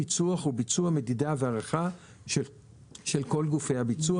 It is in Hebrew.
ניצוח וביצוע מדידה והערכה של כל גופי הביצוע.